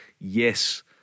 yes